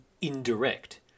indirect